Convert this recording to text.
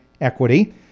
equity